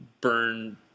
burn